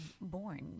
born